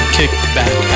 Kickback